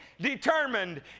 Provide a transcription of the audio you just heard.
determined